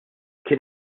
kien